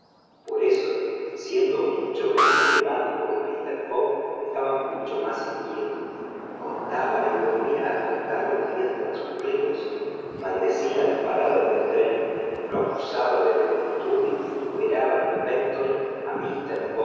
por eso siendo mucho menos flemático que mister fogg estaba mucho más inquieto contaba y volvía a contar los días transcurridos maldecía las paradas del tren lo acusaba de lentitud y vituperaba in pectore a mister